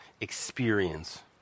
experience